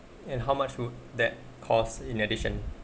and how much would that costs in addition